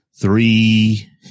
three